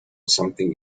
something